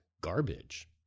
garbage